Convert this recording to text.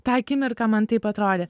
tą akimirką man taip atrodė